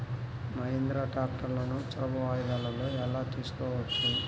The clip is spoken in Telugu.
మహీంద్రా ట్రాక్టర్లను సులభ వాయిదాలలో ఎలా తీసుకోవచ్చు?